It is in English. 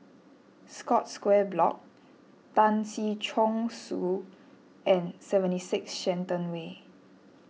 Scotts Square Block Tan Si Chong Su and seventy six Shenton Way